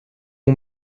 ont